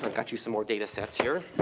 got you some more data sets here.